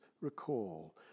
recall